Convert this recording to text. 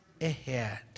ahead